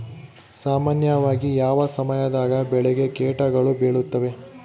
ಸಾಮಾನ್ಯವಾಗಿ ಯಾವ ಸಮಯದಾಗ ಬೆಳೆಗೆ ಕೇಟಗಳು ಬೇಳುತ್ತವೆ?